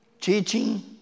teaching